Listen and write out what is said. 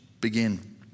begin